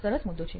સરસ મુદ્દો છે